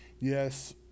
yes